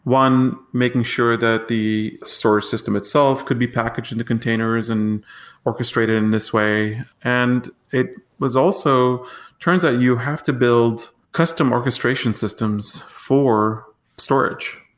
one, making sure that the storage system itself could be packaged in the containers and orchestrated in this way, and it also turns out you have to build custom orchestration systems for storage.